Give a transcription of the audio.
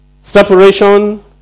Separation